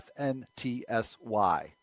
FNTSY